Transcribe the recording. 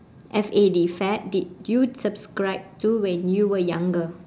F A D fad did you subscribe to when you were younger